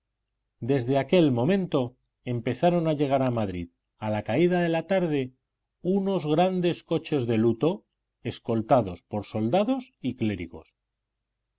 desde aquel momento empezaron a llegar a madrid a la caída de la tarde unos grandes coches de luto escoltados por soldados y clérigos